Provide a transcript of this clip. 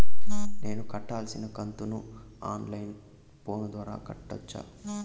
నేను కట్టాల్సిన కంతును ఆన్ లైను ఫోను ద్వారా కట్టొచ్చా?